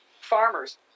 farmers